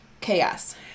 chaos